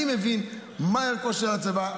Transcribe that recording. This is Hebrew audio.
אני מבין מה ערכו של הצבא,